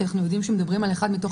כי אנחנו יודעים שמדברים על אחד מתוך